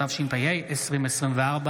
התשפ"ה 2024. תודה.